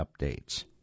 updates